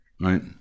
right